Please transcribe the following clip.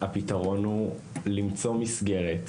הפתרון הוא למצוא מסגרת.